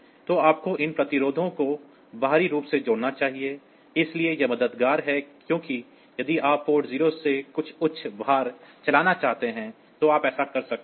तो आपको इन प्रतिरोधों को बाहरी रूप से जोड़ना चाहिए इसलिए यह मददगार है क्योंकि यदि आप पोर्ट 0 से कुछ उच्च भार चलाना चाहते हैं तो आप ऐसा कर सकते हैं